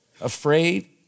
afraid